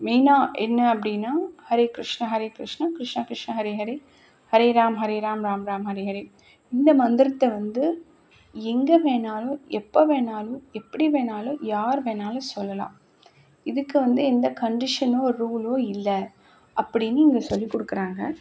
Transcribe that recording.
மெயினாக என்ன அப்படின்னா ஹரே கிருஷ்ண ஹரே கிருஷ்ண கிருஷ்ண கிருஷ்ண ஹரே ஹரே ஹரே ராம் ஹரே ராம் ராம் ராம் ஹரே ஹரே இந்த மந்திரத்தை வந்து எங்கே வேணாலும் எப்போ வேணாலும் எப்படி வேணாலும் யார் வேணாலும் சொல்லலாம் இதுக்கு வந்து எந்த கண்டிஷனும் ஒரு ரூலோ இல்லை அப்படின்னு இங்கே சொல்லிக் கொடுக்குறாங்க